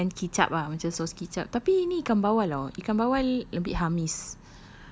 halia dengan kicap ah macam sos kicap tapi ni ikan bawal [tau] ikan bawal a bit hamis